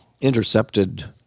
intercepted